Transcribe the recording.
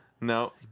No